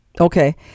Okay